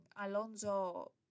Alonso